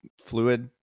Fluid